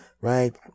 right